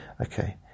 okay